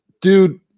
Dude